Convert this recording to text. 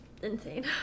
Insane